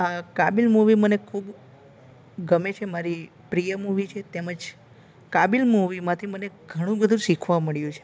આ કાબિલ મુવી મને ખૂબ ગમે છે મારી પ્રિય મુવી છે તેમજ કાબિલ મુવીમાંથી મને ઘણું બધું શીખવા મળ્યું છે